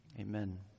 Amen